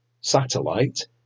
satellite